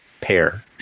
pair